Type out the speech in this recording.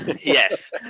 Yes